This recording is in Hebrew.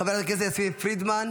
חברת הכנסת יסמין פרידמן,